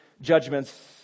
judgments